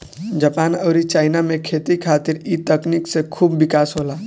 Japan अउरी China में खेती खातिर ए तकनीक से खूब विकास होला